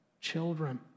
children